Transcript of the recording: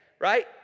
Right